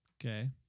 Okay